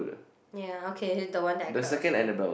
ya okay the one that I cried was her